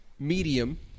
medium